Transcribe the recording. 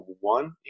one